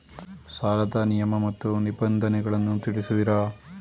ಸಾಲದ ನಿಯಮ ಮತ್ತು ನಿಬಂಧನೆಗಳನ್ನು ತಿಳಿಸುವಿರಾ?